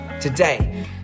today